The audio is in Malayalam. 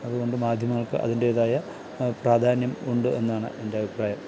അതു കൊണ്ട് മാധ്യമങ്ങള്ക്ക് അതിന്റേതായ പ്രാധാന്യം ഉണ്ട് എന്നാണ് എന്റെ അഭിപ്രായം